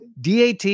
DAT